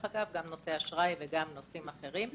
גם בנושא אשראי וגם בנושאים אחרים.